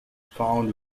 found